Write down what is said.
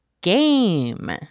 GAME